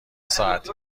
ساعتی